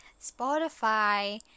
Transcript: spotify